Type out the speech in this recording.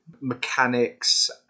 mechanics